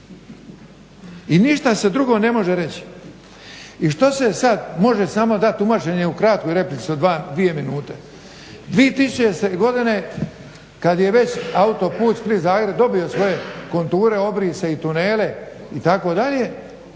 I ništa se drugo ne može reći. I što se sad možete samo dat tumačenje u kratkoj replici od 2 minute. 2000. godine kad je već autoput Split-Zagreb dobio svoje konture, obrise, tunele itd.,